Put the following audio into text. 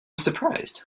surprised